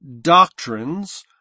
doctrines